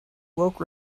woke